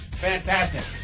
Fantastic